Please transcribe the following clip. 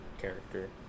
character